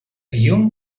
young